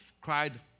cried